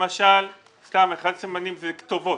אחד הסממנים זה כתובות.